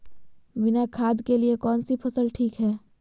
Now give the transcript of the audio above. बिना खाद के लिए कौन सी फसल ठीक है?